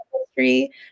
industry